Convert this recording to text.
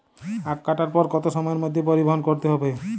আখ কাটার পর কত সময়ের মধ্যে পরিবহন করতে হবে?